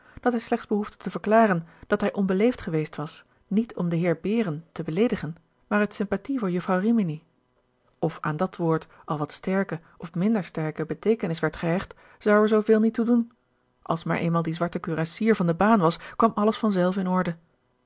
dat hij slechts behoefde te verklaren dat hij onbeleefd geweest was niet om den heer behren te beleedigen maar uit sympathie voor jufvrouw rimini of aan dat woord al wat sterke of minder sterke beteekenis werd gehecht zou er zoo veel niet toe doen als maar eenmaal die zwarte kurassier van de baan was kwam alles van zelf in orde